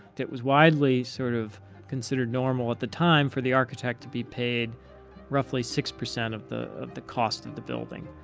it was widely sort of considered normal at the time for the architect to be paid roughly six percent of the of the cost of the building.